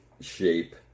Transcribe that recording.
shape